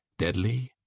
deadly,